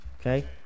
okay